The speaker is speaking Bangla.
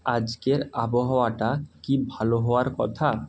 আজকের আবহাওয়াটা কি ভালো হওয়ার কথা